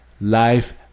life